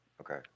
Okay